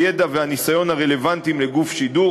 הידע והניסיון הרלוונטיים לגוף שידור.